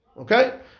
Okay